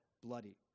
bloody